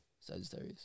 Sagittarius